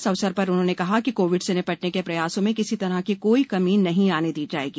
इस अवसर पर उन्होंने कहा कि कोविड से निपटने के प्रयासों में किसी तरह की कोई कमी नहीं आने दी जाएगी